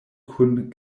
kun